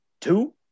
two